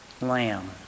lamb